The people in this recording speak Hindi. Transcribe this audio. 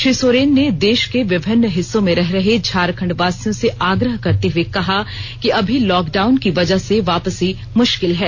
श्री सोरेन ने देश के विभिन्न हिस्सों में रह रहे झारखण्ड वासियों से आग्रह करते हुए कहा कि अभी लॉक डाउन की वजह से वापसी मुश्किल है